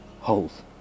holes